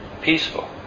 peaceful